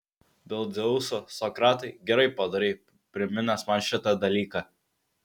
dėl dzeuso sokratai gerai padarei priminęs man šitą dalyką